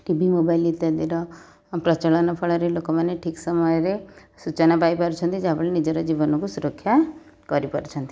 ଟି ଭି mobile ଇତ୍ୟାଦିର ପ୍ରଚଳନ ଫଳରେ ଲୋକମାନେ ଠିକ୍ ସମୟରେ ସୂଚନା ପାଇପାରୁଛନ୍ତି ଯାହାଫଳରେ ନିଜର ଜୀବନକୁ ସୁରକ୍ଷା କରିପାରୁଛନ୍ତି